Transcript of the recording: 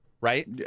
Right